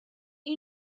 you